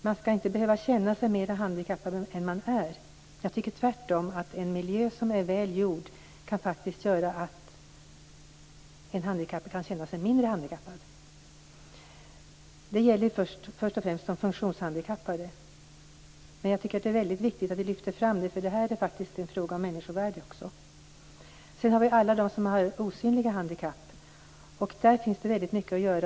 Man skall inte behöva känna sig mer handikappad än vad man är. Jag tycker tvärtom att en miljö som är väl utformad faktiskt kan göra att en handikappad kan känna sig mindre handikappad. Detta gäller först och främst de funktionshandikappade. Men det är väldigt viktigt att lyfta fram att det också är en fråga om människovärde. Sedan har vi alla dem som har osynliga handikapp. För dem finns det väldigt mycket att göra.